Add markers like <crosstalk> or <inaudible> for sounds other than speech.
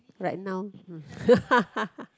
like now hm <laughs>